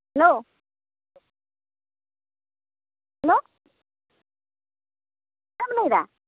hello hello ᱪᱮᱫ ᱮᱢ ᱞᱟᱹᱭ ᱮᱫᱟ